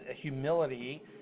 humility